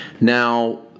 Now